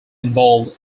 involved